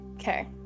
Okay